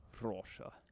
Russia